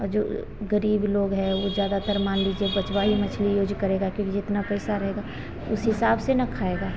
जो गरीब लोग है वह ज़्यादातर माँ लीजिए वह बचवा ही मछली यूज करेगा क्योंकि जितना पैसा रहेगा उस हिसाब से ना खाएगा